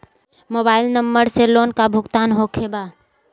Mobile number से loan का भुगतान होखे बा?